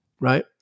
right